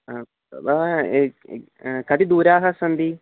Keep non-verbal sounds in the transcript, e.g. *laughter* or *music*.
*unintelligible* कति दूराः सन्ति